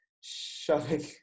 shoving